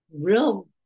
real